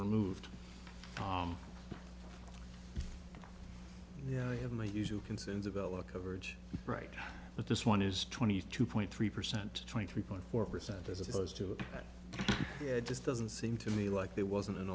removed from yeah i have my usual concern develop coverage right but this one is twenty two point three percent twenty three point four percent as opposed to it just doesn't seem to me like there wasn't an